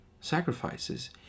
sacrifices